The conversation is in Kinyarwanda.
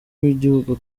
w’igihugu